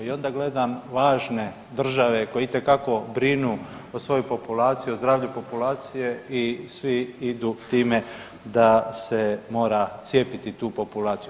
I onda gledam važne države koje itekako brinu o svojoj populaciji o zdravlju populacije i svi idu time da se mora cijepiti tu populaciju.